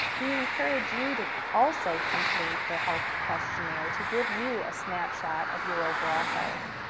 we encourage you to also complete the health questionnaire to give you a snapshot of your overall health.